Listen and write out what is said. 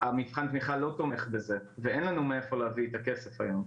מבחן התמיכה לא תומך בזה ואין לנו מאיפה להביא את הכסף היום.